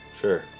Sure